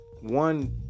one